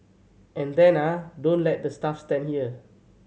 and then ah don't let the staff stand here